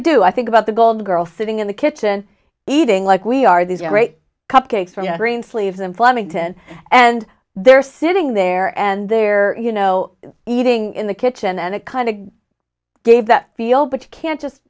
do i think about the gold girl sitting in the kitchen eating like we are these great cupcakes from greensleeves in flemington and they're sitting there and they're you know eating in the kitchen and it kind of gave that feel but you can't just